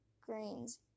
grains